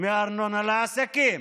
מארנונה לעסקים.